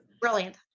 brilliant